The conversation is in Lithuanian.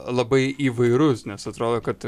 labai įvairus nes atrodo kad